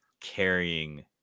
carrying